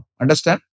Understand